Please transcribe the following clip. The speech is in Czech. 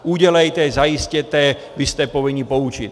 Udělejte, zajistěte, vy jste povinni poučit!